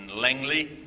Langley